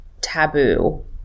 taboo